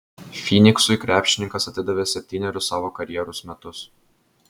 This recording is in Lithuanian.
fyniksui krepšininkas atidavė septynerius savo karjeros metus